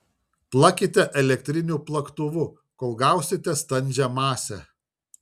plakite elektriniu plaktuvu kol gausite standžią masę